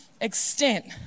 extent